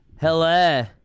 Hello